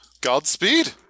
Godspeed